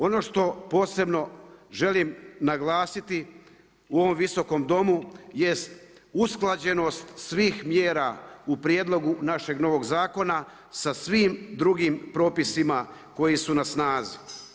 Ono što posebno želim naglasiti u ovom Visokom domu jest usklađenost svih mjera u prijedlogu našeg novog zakona sa svim drugim propisima koji su na snazi.